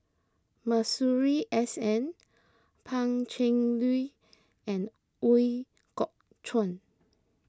Masuri S N Pan Cheng Lui and Ooi Kok Chuen